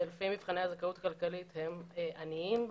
שלפי מבחני זכאות כלכלית הם בעצם עניים,